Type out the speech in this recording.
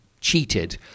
cheated